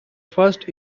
first